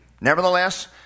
Nevertheless